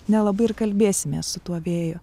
nelabai ir kalbėsimės su tuo vėju